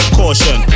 caution